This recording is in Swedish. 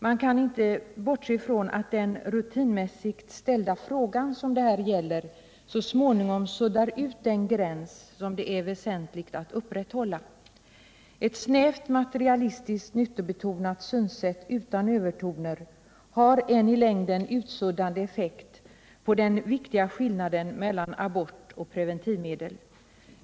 Man kan inte bortse från att den rutinmässigt ställda fråga, som det här gäller så småningom suddar ut den gräns som det är väsentligt att upprätthålla. Ett snävt, materialistiskt, nyttobetonat synsätt utan övertoner har en i längden utsuddande effekt på den viktiga skillnaden mellan abort och preventivmedel.